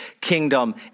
kingdom